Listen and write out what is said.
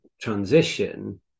transition